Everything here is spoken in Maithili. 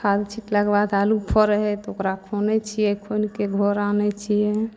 खाद छींटलाके बाद आलू फरै है तऽ ओकरा खुनै छियै खुनिके घर आनय छियै